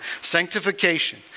Sanctification